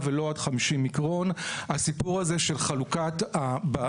שמחלקים או בשקיות נייר או באותן שקיות פלסטיק